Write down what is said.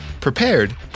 prepared